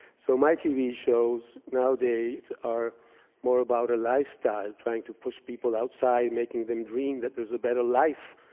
so my tv shows nowadays are more about a lifestyle trying to push people outside, making them dream that there's a better life.